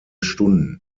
stunden